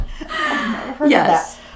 Yes